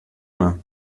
mains